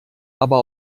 aber